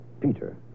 Peter